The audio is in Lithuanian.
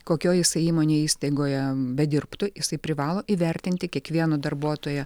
kokioj jisai įmonėj įstaigoje bedirbtų jisai privalo įvertinti kiekvieno darbuotojo